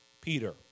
Peter